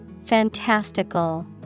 Fantastical